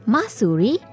Masuri